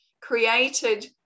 Created